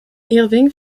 irving